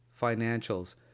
financials